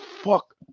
fuck